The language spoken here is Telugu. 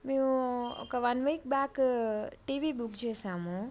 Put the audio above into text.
మేము ఒక one week back TV book చేసాము